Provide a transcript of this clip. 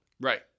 Right